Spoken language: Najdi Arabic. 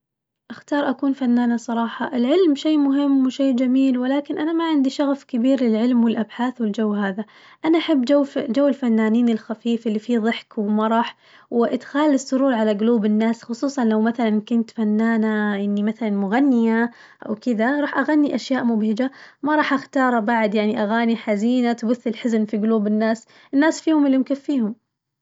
أختار أكون فنانة صراحة، العلم شي مهم وشي جميل ولكن أنا ما عندي شغف كبير للعلم والأبحاث والجو هذا، أنا أحب جو ف- جو الفنانين الخفيف اللي فيه ضحك ومرح وإدخال السرور على قلوب الناس خصوصاً لو مثلاً كنت فنانة إني مثلاً مغنية أو كدا، راح أغني أشياء مبهجة ما راح أختار بعد يعني أغاني حزينة تبث الحزن في قلوب الناس، الناس فيهم اللي مكفيهم.